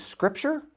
Scripture